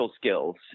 skills